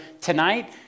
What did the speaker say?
tonight